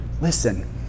Listen